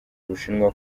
ubushinwa